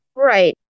Right